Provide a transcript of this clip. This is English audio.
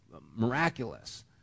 miraculous